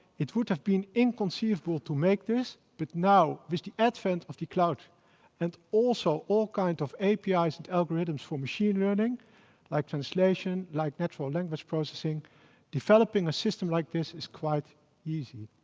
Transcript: it would have been inconceivable to make this. but now, with the advent of the cloud and also all kinds of apis and algorithms for machine learning like translation, like natural language processing developing a system like this is quite easy.